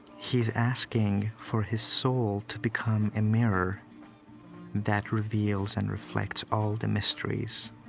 he's asking for his soul to become a mirror that reveals and reflects all the mysteries.